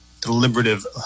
deliberative